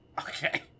Okay